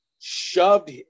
shoved